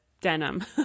denim